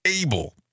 able